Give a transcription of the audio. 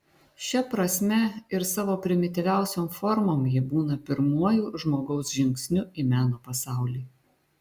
šia prasme ir savo primityviausiom formom ji būna pirmuoju žmogaus žingsniu į meno pasaulį